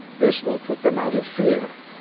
this will put them out of fear.